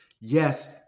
Yes